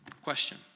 Question